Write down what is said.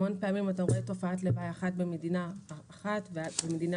המון פעמים אתה רואה תופעת לוואי אחת במדינה אחת ובמדינה